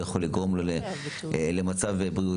כי זה יכול לגרום לו לאסון בריאותי.